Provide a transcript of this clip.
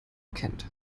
kennt